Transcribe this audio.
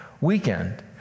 weekend